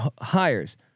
hires